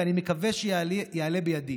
ואני מקווה שיעלה בידי".